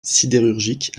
sidérurgique